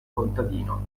contadino